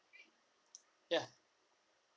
ya